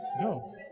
No